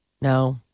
No